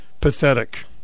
pathetic